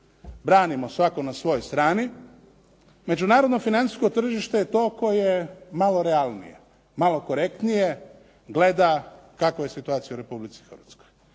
branimo svatko na svojoj strani međunarodno financijsko tržište toliko je malo realnije, malo korektnije gleda kakva je situacija u Republici Hrvatskoj.